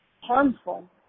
harmful